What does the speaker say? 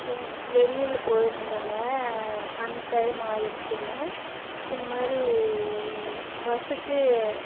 ஏங்க வெளியில் போயிருந்தேங்க அன் டைம் ஆயிடுச்சிங்க இந்த மாதிரி பஸ்ஸுக்கு